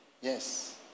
Yes